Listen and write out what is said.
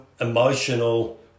emotional